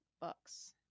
books